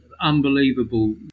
Unbelievable